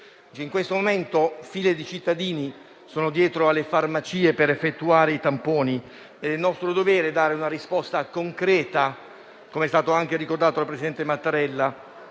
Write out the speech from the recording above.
In questo momento ci sono file di cittadini davanti alle farmacie per effettuare i tamponi. È nostro dovere dare una risposta concreta, come è stato anche ricordato dal presidente Mattarella,